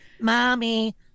mommy